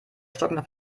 stockender